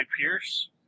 Pierce